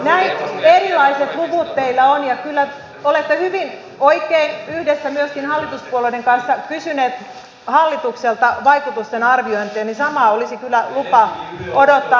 näin erilaiset luvut teillä on ja kyllä olette hyvin oikein yhdessä myöskin hallituspuolueiden kanssa kysyneet hallitukselta vaikutusten arviointeja ja samaa olisi kyllä lupa odottaa teiltäkin